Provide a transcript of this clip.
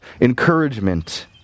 encouragement